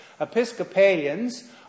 Episcopalians